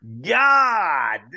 God